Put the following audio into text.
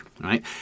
right